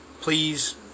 Please